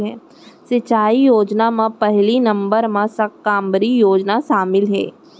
सिंचई योजना म पहिली नंबर म साकम्बरी योजना सामिल हे